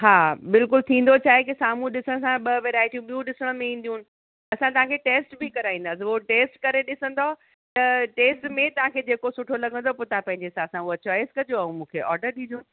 हा बिल्कुलु थींदो छा आहे कि साम्हूं ॾिसण सां ॿ वैरायटियूं ॿियूं ॾिसण में ईंदियूं हिन असां तव्हांखे टेस्ट बि कराईंदासीं हू टेस्ट करे ॾिसंदव त टेस्ट में तव्हांखे जेको सुठो लॻंदो पोइ तव्हां पंहिंजे हिसाब सां उहो चॉइस कजो ऐं मूंखे ऑडर ॾिजो